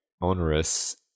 onerous